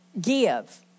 Give